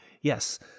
yes